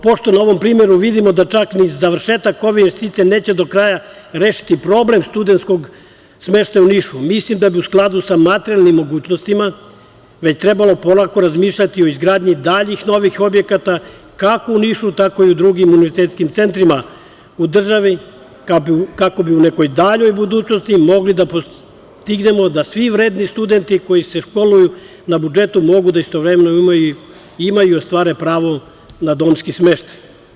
Pošto na ovom primeru vidimo da čak ni završetak ove investicije neće do kraja rešiti problem studenskog smeštaja u Nišu, mislim da bi u skladu sa materijalnim mogućnostima već trebalo polako razmišljati o izgradnji daljih, novih objekata, kako u Nišu, tako i u drugim univerzitetskim centrima, u državi, kako bi u nekoj daljoj budućnosti mogli da postignemo da svi vredni studenti koji se školuju na budžetu mogu da istovremeno imaju i ostvare pravo na domski smeštaj.